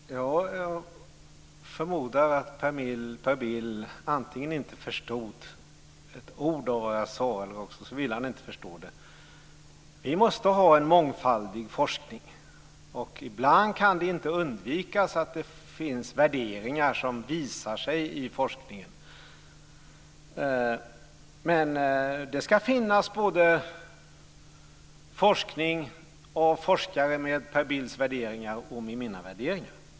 Fru talman! Jag förmodar att Per Bill antingen inte förstod ett ord av vad jag sade eller också ville han inte förstå det. Vi måste ha en mångfaldig forskning. Ibland kan det inte undvikas att det finns värderingar som visar sig i forskningen. Men det ska finnas forskning och forskare med både Per Bills värderingar och mina värderingar.